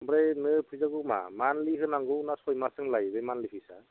ओमफ्राय ओरैनो फैसाखौ मा मानलि होनांगौ ना सय मासजों लायो बे मानलि फिसआ